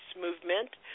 movement